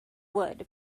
wood